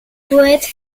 poète